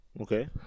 Okay